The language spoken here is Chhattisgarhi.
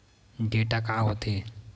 डेटा का होथे?